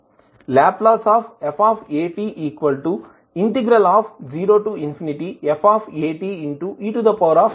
Lf0fate stdt అవుతుంది